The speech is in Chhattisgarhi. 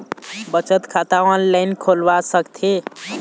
बचत खाता ऑनलाइन खोलवा सकथें?